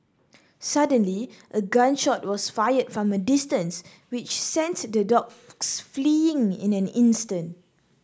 suddenly a gun shot was fired from a distance which sent the dogs fleeing in an instant